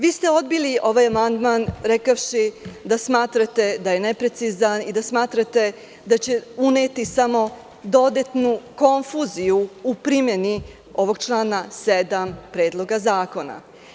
Vi ste odbili ovaj amandman rekavši da smatrate da je neprecizan i da smatrate da će uneti samo dodatnu konfuziju u primeni ovog člana 7. zakona.